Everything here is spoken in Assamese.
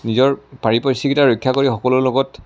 নিজৰ পাৰিপাৰ্শ্বিকতা ৰক্ষা কৰি সকলোৰে লগত